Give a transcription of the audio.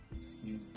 excuse